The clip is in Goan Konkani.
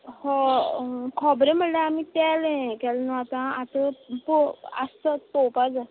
हय खोबरें म्हणल्यार आमी तेल हें केला न्हू आतां आटोप पूण आसा जाल्यार पोवपा जाय